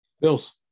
Bills